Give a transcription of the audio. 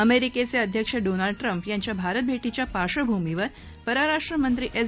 अमेरिकेचे अध्यक्ष Donald Trump यांच्या भारत भेटीच्या पार्श्वभूमीवर परराष्ट्र मंत्री एस